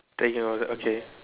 that you're okay